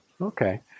Okay